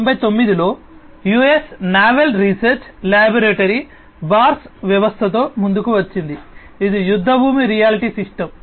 1999 లో US naval research laboratory BARS వ్యవస్థతో ముందుకు వచ్చింది ఇది యుద్దభూమి రియాలిటీ సిస్టమ్